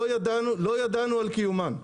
לא ידענו על קיומן.